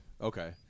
Okay